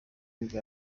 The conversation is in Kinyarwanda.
nibwo